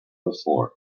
before